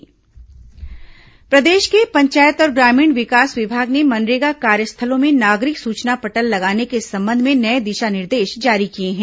मनरेगा निर्देश प्रदेश के पंचायत और ग्रामीण विकास विभाग ने मनरेगा कार्यस्थलों में नागरिक सूचना पटल लगाने के संबंध में नये दिशा निर्देश जारी किए हैं